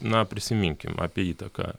na prisiminkim apie įtaką